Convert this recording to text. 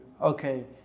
okay